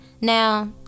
Now